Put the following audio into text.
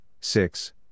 six